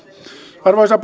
arvoisa